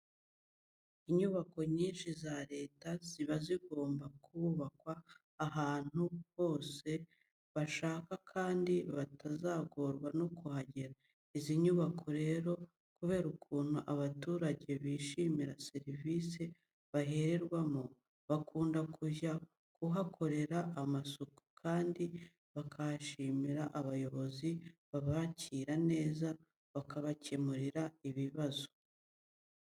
Inyubako nyinshi za leta ziba zigomba kubakwa ahantu abantu bose bashaka kandi batazagorwa no kuhagera. Izi nyubako rero kubera ukuntu abaturage bishimira serivise bahererwamo, bakunda kujya kuhakorera amasuku kandi bagashimira n'abayobozi babakira neza bakabakemurira ibibazo.